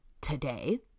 today